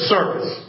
Service